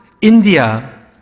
India